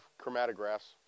chromatographs